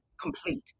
complete